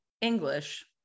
English